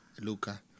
luca